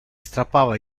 strappava